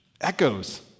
Echoes